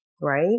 right